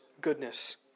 goodness